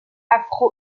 afro